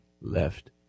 left